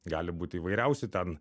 gali būt įvairiausi ten